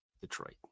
Detroit